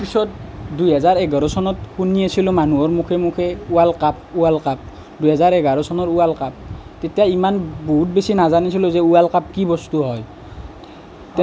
তাৰ পিছত দুহেজাৰ এঘাৰ চনত শুনি আছিলোঁ মানুহৰ মুখে মুখে ৱৰ্ল্ড কাপ ৱৰ্ল্ড কাপ দুহেজাৰ এঘাৰ চনৰ ৱৰ্ল্ড কাপ তেতিয়া ইমান বহুত বেছি নাজানিছিলোঁ যে ৱৰ্ল্ড কাপ কি বস্তু হয়